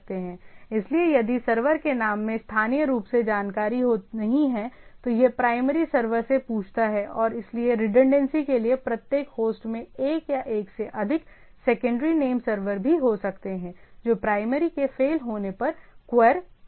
इसलिए यदि सर्वर के नाम में स्थानीय रूप से कोई जानकारी नहीं है तो यह प्राइमरी सर्वर से पूछता है और इसलिए रिडंडेंसी के लिए प्रत्येक होस्ट में एक या एक से अधिक सेकेंडरी नेम सर्वर भी हो सकते हैं जो प्राइमरी के फेल होने पर क्वेर हो सकते हैं